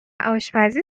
آشپزی